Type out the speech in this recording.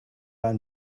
einen